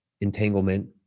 entanglement